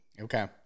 Okay